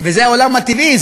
וזה העולם הטבעי,